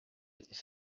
étaient